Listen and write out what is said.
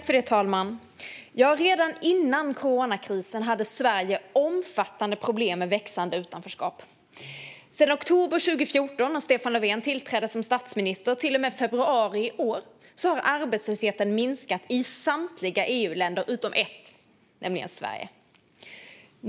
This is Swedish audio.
Fru talman! Redan före coronakrisen hade Sverige omfattande problem med växande utanförskap. Från oktober 2014, då Stefan Löfven tillträdde som statsminister, till och med februari i år har arbetslösheten minskat i samtliga EU-länder utom ett, nämligen Sverige.